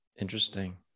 Interesting